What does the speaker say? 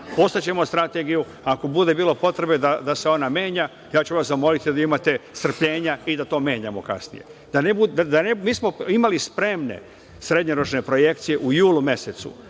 poslaćemo strategiju, ako bude bilo potrebe da se ona menja, ja ću vas zamoliti, jer vi imate strpljenja i da to menjamo kasnije. Mi smo imali spremne srednjoročne projekcije u julu mesecu,